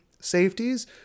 safeties